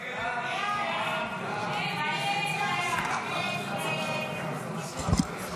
הסתייגות 52 לחלופין ב לא נתקבלה.